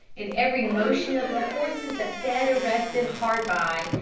and every motion of the horses that fed or rested hard by,